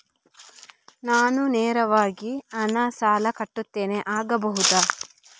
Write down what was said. ನಾನು ನೇರವಾಗಿ ಹಣ ಸಾಲ ಕಟ್ಟುತ್ತೇನೆ ಆಗಬಹುದ?